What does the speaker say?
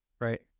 right